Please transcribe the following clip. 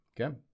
okay